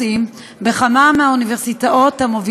חברת הכנסת נאוה